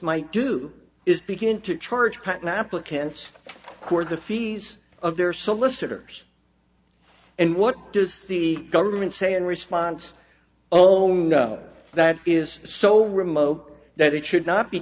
might do is begin to charge patent applications for the fees of their solicitors and what does the government say in response oh no that is so remote that it should not be